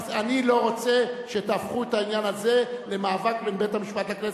אני לא רוצה שתהפכו את העניין הזה למאבק בין בית-המשפט לכנסת,